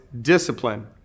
discipline